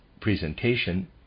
presentation